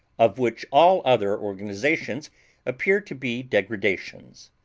of which all other organizations appear to be degradations.